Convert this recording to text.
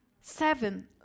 Seven